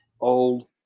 old